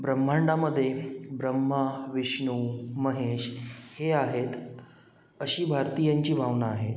ब्रह्मांडामध्ये ब्रह्मा विष्णू महेश हे आहेत अशी भारतीयांची भावना आहे